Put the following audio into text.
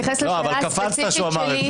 לא, אבל קפצת כשהוא אמר את זה.